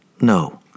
No